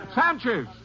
Sanchez